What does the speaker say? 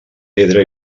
pedra